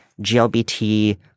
GLBT